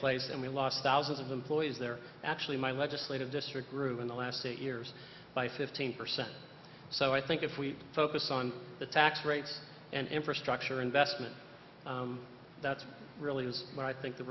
place and we lost thousands of employees there actually my legislative district grew in the last eight years by fifteen percent so i think if we focus on the tax rates and infrastructure investment that really is what i think the